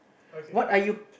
what are you